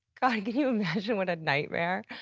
can you imagine, what a nightmare!